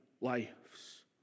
lives